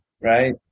right